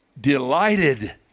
Delighted